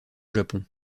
japon